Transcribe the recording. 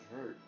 hurt